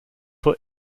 for